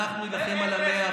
איך יהיה?